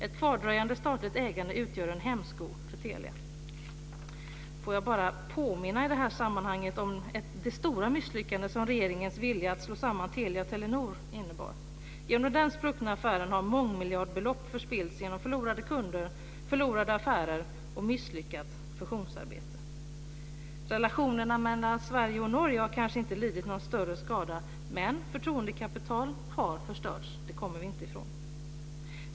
Ett kvardröjande statligt ägande utgör en hämsko för Telia. Låt mig i detta sammanhang bara påminna om det stora misslyckande som regeringens vilja att slå samman Telia och Telenor innebar. Genom den spruckna affären har mångmiljardbelopp förspillts genom förlorade kunder, förlorade affärer och misslyckat fusionsarbete. Relationerna mellan Sverige och Norge har kanske inte lidit någon större skala, men vi kommer inte ifrån att förtroendekapital har förstörts.